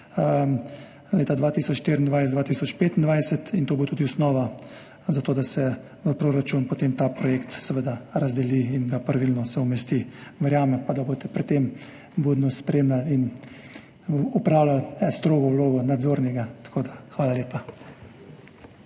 leta 2024, 2025, in to bo tudi osnova za to, da se v proračun potem ta projekt seveda razdeli in se ga pravilno umesti. Verjamem pa, da boste to budno spremljali in opravljali strogo vlogo nadzornega. Hvala lepa.